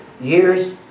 years